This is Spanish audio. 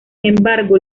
embargo